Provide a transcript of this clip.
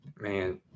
Man